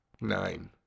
Nine